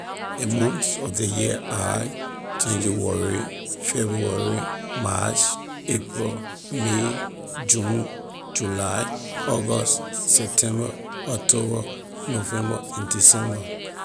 The months of the year are: january february march april may june july august september october november december